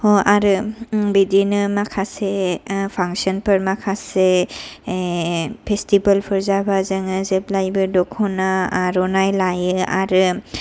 आरो बिदिनो माखासे फांसनफोर माखासे फेसटिबोल फोर जाबा जोंङो जेब्लायबो दख'ना आर'नाय लायो आरो